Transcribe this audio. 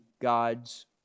God's